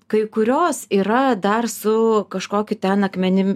kai kurios yra dar su kažkokiu ten akmenim